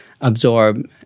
absorb